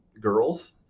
girls